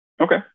Okay